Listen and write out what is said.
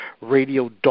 Radio